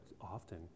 often